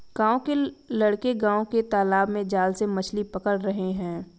गांव के लड़के गांव के तालाब में जाल से मछली पकड़ रहे हैं